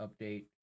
update